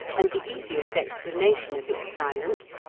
and the easiest explanation of its silence,